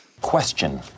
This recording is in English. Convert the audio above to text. Question